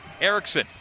Erickson